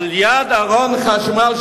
ליד ארון חשמל.